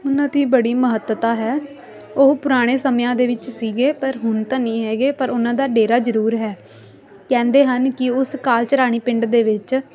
ਉਹਨਾਂ ਦੀ ਬੜੀ ਮਹੱਤਤਾ ਹੈ ਉਹ ਪੁਰਾਣੇ ਸਮਿਆਂ ਦੇ ਵਿੱਚ ਸੀਗੇ ਪਰ ਹੁਣ ਤਾਂ ਨਹੀਂ ਹੈਗੇ ਪਰ ਉਹਨਾਂ ਦਾ ਡੇਰਾ ਜ਼ਰੂਰ ਹੈ ਕਹਿੰਦੇ ਹਨ ਕਿ ਉਸ ਅਕਾਲ ਚਰਾਣੀ ਪਿੰਡ ਦੇ ਵਿੱਚ